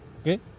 okay